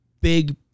big